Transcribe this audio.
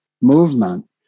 movement